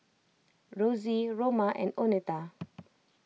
Rosy Roma and oneta